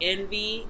Envy